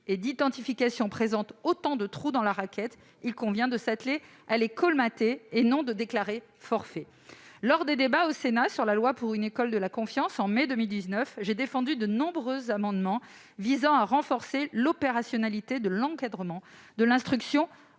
et d'identification présente autant de trous dans la raquette, il convient de s'atteler à les colmater, et non de déclarer forfait. Lors des débats au Sénat sur la loi pour une école de la confiance, en mai 2019, j'avais défendu de nombreux amendements visant à renforcer l'opérationnalité de l'encadrement de l'instruction